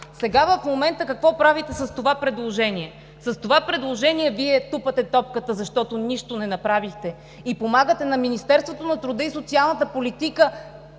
Сега в момента какво правите с това предложение? С това предложение Вие „тупате топката“, защото нищо не направихте, и помагате на Министерството на труда и социалната политика